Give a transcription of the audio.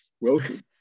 Welcome